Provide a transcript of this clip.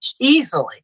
easily